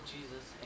Jesus